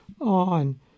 on